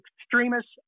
extremists